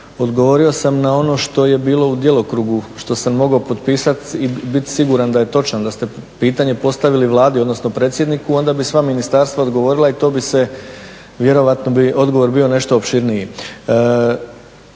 odgovorio sam na ono što je bilo u djelokrugu što sam mogao potpisati i biti siguran da je točan, da ste pitanje postavili Vladu odnosno predsjedniku onda bi sva ministarstva odgovorila i to bi se vjerojatno bi odgovor bio nešto opširniji.